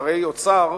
שרי אוצר,